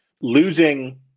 losing